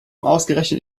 ausgerechnet